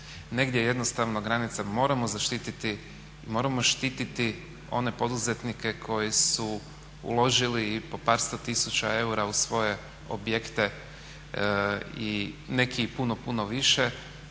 Negdje jednostavno granica mora biti, moramo štititi one poduzetnike koji su uložili i po par sto tisuća eura u svoje objekte i neki i puno, puno više